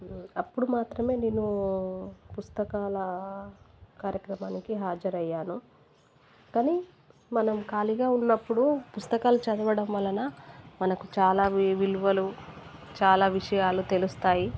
అప్పుడు మాత్రమే నేనూ పుస్తకాల కార్యక్రమానికి హాజరు అయ్యాను కానీ మనం ఖాళీగా ఉన్నప్పుడు పుస్తకాలు చదవడం వలన మనకు చాలా వి విలువలు చాలా విషయాలు తెలుస్తాయి